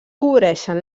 cobreixen